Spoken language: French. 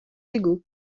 égaux